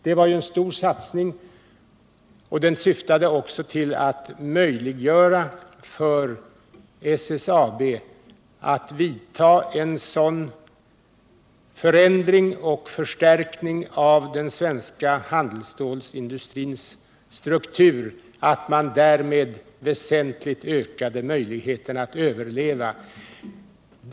Det varen stor satsning, och den syftade också till att möjliggöra för SSAB att vidta en sådan förändring och förstärkning av den svenska handelsstålindustrins struktur att man därmed väsentligt ökade dess möjlighet att överleva.